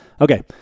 Okay